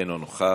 אינו נוכח,